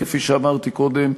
כפי שאמרתי קודם.